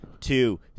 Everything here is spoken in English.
two